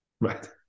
Right